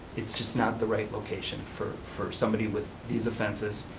it's just not the right location for for somebody with these offenses,